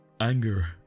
Anger